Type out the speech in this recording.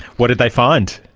what did they find?